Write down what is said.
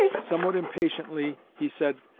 somewhat impatiently he said,